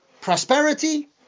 prosperity